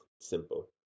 simple